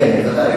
כן, בוודאי.